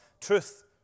truth